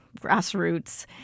grassroots